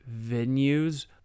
venues